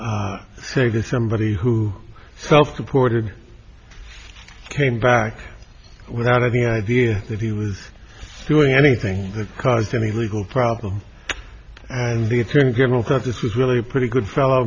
not say that somebody who self comported came back without any idea that he was doing anything that caused any legal problem and the attorney general thought this was really a pretty good fellow